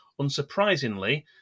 unsurprisingly